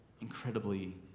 incredibly